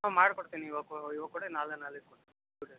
ಹಾಂ ಮಾಡ್ಕೊಡ್ತೀನಿ ಇವಾ ಇವಾಗ ಕೊಡಿ ನಾಳೆ ನಾಳಿದ್ದು ಕೋಡ್ತ್